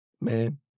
man